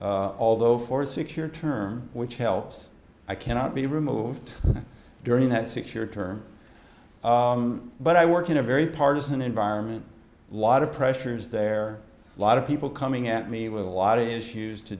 although for secure term which helps i cannot be removed during that six year term but i work in a very partisan environment lot of pressures there are lot of people coming at me with a lot of issues to